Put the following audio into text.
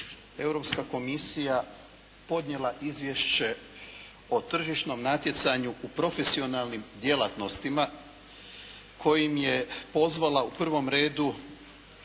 Europska komisija podnijela izvješće o tržišnom natjecanju u profesionalnim djelatnostima kojim je pozvala u prvom redu